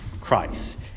Christ